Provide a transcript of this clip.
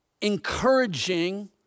encouraging